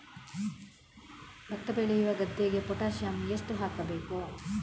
ಭತ್ತ ಬೆಳೆಯುವ ಗದ್ದೆಗೆ ಪೊಟ್ಯಾಸಿಯಂ ಎಷ್ಟು ಹಾಕಬೇಕು?